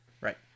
Right